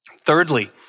Thirdly